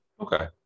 okay